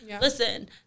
listen